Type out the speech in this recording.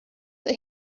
that